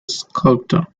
sculptor